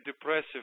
depressive